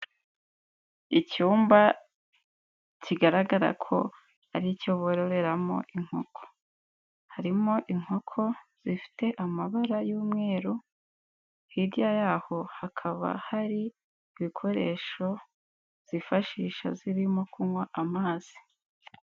Icyumba kigaragara ko aricyo bororeramo inkoko, harimo inkoko zifite amabara y'umweru, hirya yaho hakaba hari ibikoresho zifashisha zirimo kunywa amazi.